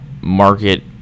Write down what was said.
market